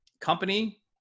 Company